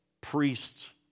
priests